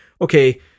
okay